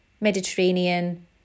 mediterranean